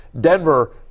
Denver